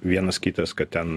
vienas kitas kad ten